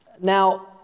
now